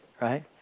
right